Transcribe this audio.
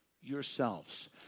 yourselves